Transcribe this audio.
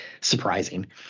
surprising